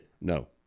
No